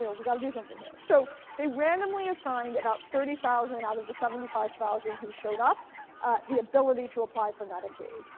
you know we've got to do something here. so they randomly assigned about thirty thousand out of the seventy five thousand who showed up the ability to apply for medicaid.